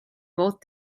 both